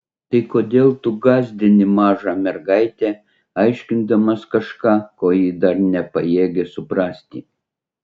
tai kodėl tu gąsdini mažą mergaitę aiškindamas kažką ko ji dar nepajėgia suprasti